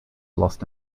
lost